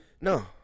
No